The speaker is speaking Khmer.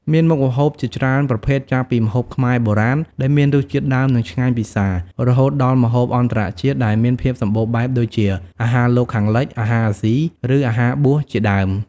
មាន មុខម្ហូបជាច្រើនប្រភេទ ចាប់ពី ម្ហូបខ្មែរបុរាណ ដែលមានរសជាតិដើម និងឆ្ងាញ់ពិសា រហូតដល់ ម្ហូបអន្តរជាតិ ដែលមានភាពសម្បូរបែបដូចជា អាហារលោកខាងលិច អាហារអាស៊ី ឬអាហារបួសជាដើម។